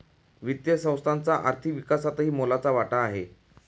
वित्तीय संस्थांचा आर्थिक विकासातही मोलाचा वाटा आहे